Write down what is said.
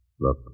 Look